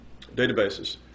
databases